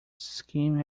scheme